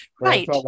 Right